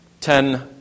ten